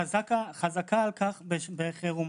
חזקה עלינו בחירום.